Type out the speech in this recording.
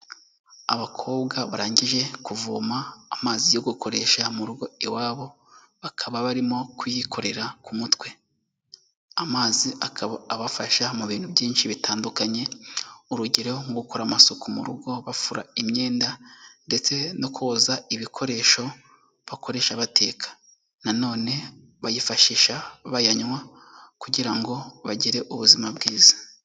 Abakobwa barangije kuvoma amazi yo gukoresha mu rugo iwabo, bakaba barimo kuyikorera ku mutwe. Amaziba akaba abafasha mu bintu byinshi bitandukanye, urugero nko gukora amasuku mu rugo bafura imyenda, ndetse no koza ibikoresho bakoresha bateka. Na none bayifashisha bayanywa, kugira ngo bagire ubuzima bwiza.